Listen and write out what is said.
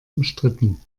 umstritten